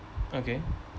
okay